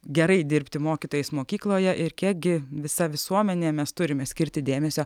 gerai dirbti mokytojais mokykloje ir kiekgi visa visuomenė mes turime skirti dėmesio